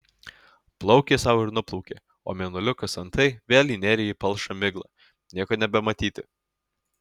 plaukė sau ir nuplaukė o mėnuliukas antai vėl įnėrė į palšą miglą nieko nebematyti